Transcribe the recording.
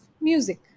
music